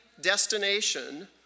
destination